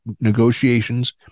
negotiations